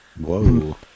Whoa